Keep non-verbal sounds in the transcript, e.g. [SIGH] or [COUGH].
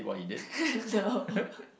[LAUGHS] no